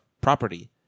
property